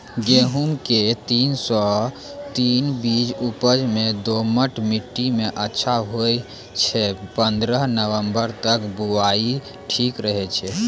गेहूँम के तीन सौ तीन बीज उपज मे दोमट मिट्टी मे अच्छा होय छै, पन्द्रह नवंबर तक बुआई ठीक रहै छै